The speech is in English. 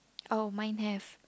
oh mine have